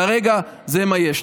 כרגע זה מה יש.